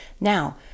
Now